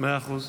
מאה אחוז.